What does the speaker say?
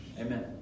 amen